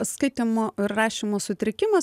skaitymo ir rašymo sutrikimas